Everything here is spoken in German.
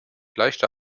leichter